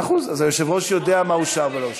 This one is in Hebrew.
מאה אחוז, אז היושב-ראש יודע מה אושר ולא אושר.